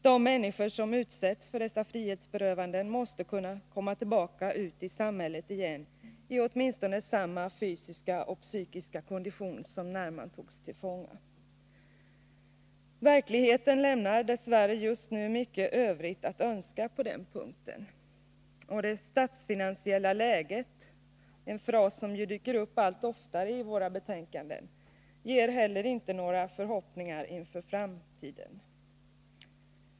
De människor som utsätts för dessa frihetsberövanden måste kunna komma tillbaka ut i samhället i åtminstone samma fysiska och psykiska kondition som när de togs till fånga. Verkligheten lämnar dess värre just nu mycket övrigt att önska på den punkten. Det statsfinansiella läget — en fras som dyker upp allt oftare i våra betänkanden — inger inte heller några förhoppningar inför framtiden.